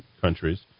countries